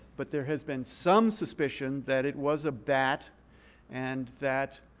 but there has been some suspicion that it was a bat and that